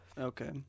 Okay